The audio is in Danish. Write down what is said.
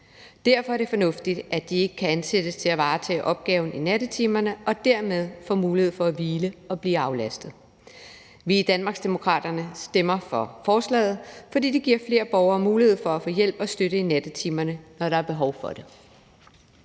Derfor er det fornuftigt, at de ikke kan ansættes til at varetage opgaven i nattetimerne, og at de dermed får mulighed for at hvile og blive aflastet. Vi i Danmarksdemokraterne stemmer for forslaget, fordi det giver flere borgere mulighed for at få hjælp og støtte i nattetimerne, når der er behov for det.